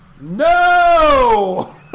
No